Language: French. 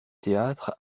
théâtre